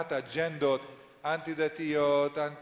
מטפחת אג'נדות אנטי-דתיות, אנטי-מתנחליות.